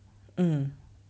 mm